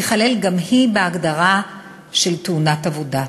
תיכלל גם היא בהגדרה של תאונת עבודה.